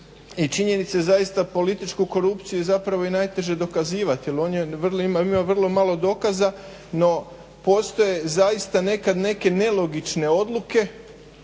činjenice zaista političku korupciju je zapravo i najteže dokazivati, jer o njoj ima vrlo malo dokaza. No, postoje zaista nekad neke nelogične odluke